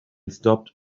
stopped